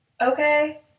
Okay